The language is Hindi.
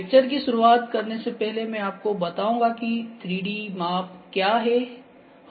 लेक्चर की शुरुआत करने से पहले मैं आपको बताऊंगा कि 3D माप क्या है